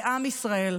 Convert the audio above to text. בעם ישראל,